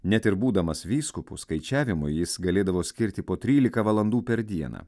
net ir būdamas vyskupų skaičiavimu jis galėdavo skirti po trylika valandų per dieną